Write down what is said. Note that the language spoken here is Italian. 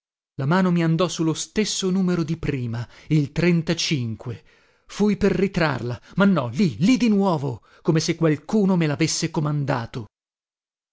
la mano mi andò su lo stesso numero di prima il fui per ritrarla ma no lì lì di nuovo come se qualcuno me lavesse comandato